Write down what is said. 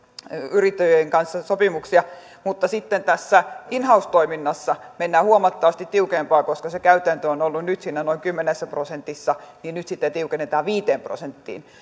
yrittäjien kanssa sopimuksia mutta sitten tässä in house toiminnassa mennään huomattavasti tiukempaan koska kun se käytäntö on ollut nyt siinä noin kymmenessä prosentissa niin nyt sitä tiukennetaan viiteen prosenttiin